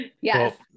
Yes